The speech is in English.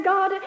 God